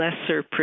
lesser